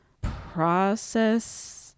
process